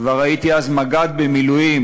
כבר הייתי אז מג"ד במילואים,